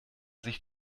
sich